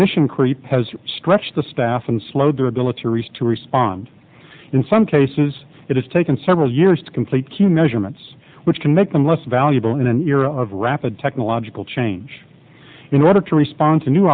mission creep has stretched the staff and slowed their ability to reach to respond in some cases it has taken several years to complete q measurements which can make them less valuable in an era of rapid technological change in order to respond to new